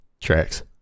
tracks